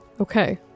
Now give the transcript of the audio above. Okay